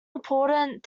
important